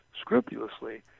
scrupulously